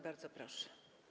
Bardzo proszę.